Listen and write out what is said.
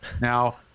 Now